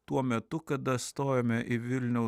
tuo metu kada stojome į vilniaus